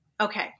Okay